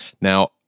Now